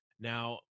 now